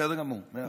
בסדר גמור, מאה אחוז.